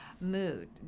mood